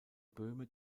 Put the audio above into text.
böhme